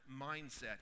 mindset